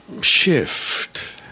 Shift